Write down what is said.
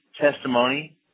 testimony